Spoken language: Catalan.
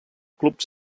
clubs